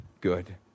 Good